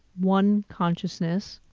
one consciousness.